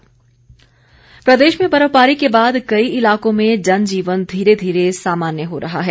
मौसम प्रदेश में बर्फबारी के बाद कई इलाकों में जनजीवन धीरे धीरे सामान्य हो रहा है